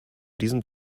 diesem